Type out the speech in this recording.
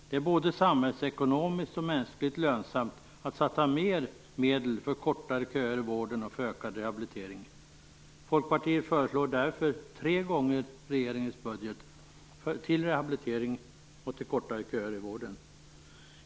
Det är både samhällsekonomiskt och mänskligt lönsamt att satsa mer medel för att korta köerna i vården och för ökad rehabilitering. Folkpartiet föreslår därför tre gånger regeringens budget till rehabilitering och för att korta köerna i vården. Fru talman!